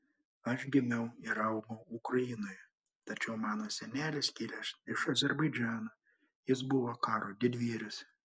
aš gimiau ir augau ukrainoje tačiau mano senelis kilęs iš azerbaidžano jis buvo karo didvyris